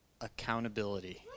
Accountability